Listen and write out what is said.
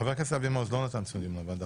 חבר הכנסת אבי מעוז לא נתן ציונים לוועדה,